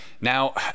Now